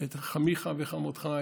את חמיך וחמותך,